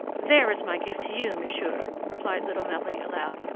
there is my gift to you, monsieur! replied little marie aloud,